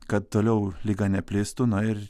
kad toliau liga neplistų na ir